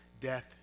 death